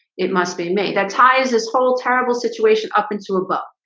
it must be made that ties this whole terrible situation up into a book.